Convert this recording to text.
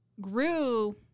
grew